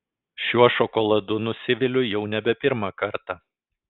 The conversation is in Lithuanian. šiuo šokoladu nusiviliu jau nebe pirmą kartą